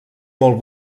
molt